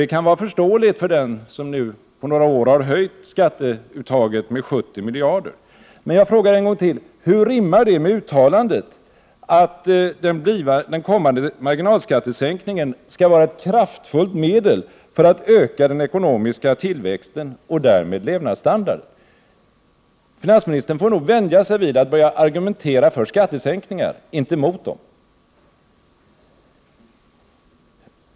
Det kan vara förståeligt när det gäller någon som på några år har höjt skatteuttaget med 70 miljarder. Men jag frågar en gång till: Hur rimmar det med uttalandet att den kommande marginalskattesänkningen skall vara ett kraftfullt medel för att öka den ekonomiska tillväxten och därmed levnadsstandarden? Finansministern får nog vänja sig vid att börja argumentera för skattesänkningar, inte mot dem.